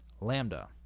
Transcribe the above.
Lambda